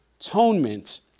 atonement